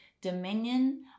dominion